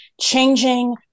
changing